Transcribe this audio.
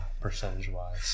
percentage-wise